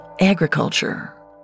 agriculture